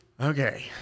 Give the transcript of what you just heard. Okay